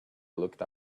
looked